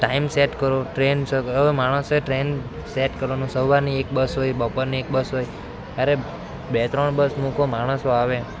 time set કરો train હવે માણસ ટ્રેન સેટ કરવામાં સવારની એક બસ હોય બપોરની એક બસ હોય અરે બે ત્રણ બસ મૂકો માણસો આવે